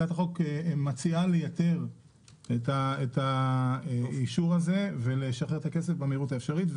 שמציעה לייתר את האישור הזה ולשחרר את הכסף במהירות האפשרית.